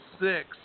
six